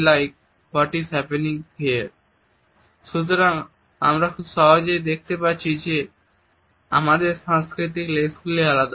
"' সুতরাং আমরা খুব সহজেই দেখতে পাচ্ছি যে আমাদের সাংস্কৃতিক লেন্সগুলি আলাদা